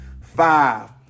five